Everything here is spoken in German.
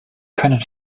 können